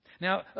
Now